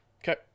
okay